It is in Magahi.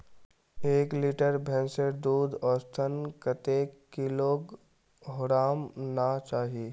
एक लीटर भैंसेर दूध औसतन कतेक किलोग्होराम ना चही?